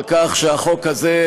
על כך שהחוק הזה,